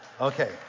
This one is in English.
Okay